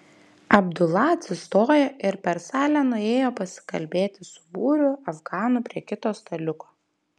abdula atsistojo ir per salę nuėjo pasikalbėti su būriu afganų prie kito staliuko